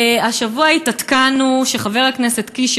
השבוע התעדכנו שחבר הכנסת קיש,